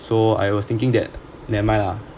so I was thinking that never mind lah